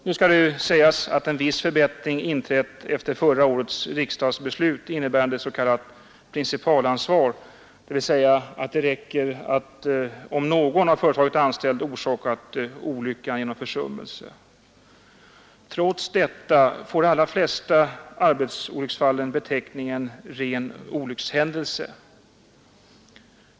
Nu skall väl sägas att en viss förbättring inträtt efter förra årets riksdagsbeslut innebärande s.k. principalansvar, dvs. att det räcker om någon av företaget anställd orsakat olyckan genom försummelse. Trots detta får de allra flesta arbetsolycksfallen beteckningen ”ren olyckshändelse”.